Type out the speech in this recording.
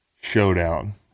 showdown